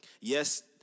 yes